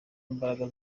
imbaraga